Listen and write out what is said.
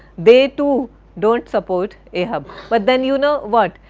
they too don't support ahab but then you know what?